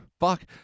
Fuck